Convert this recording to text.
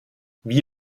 wie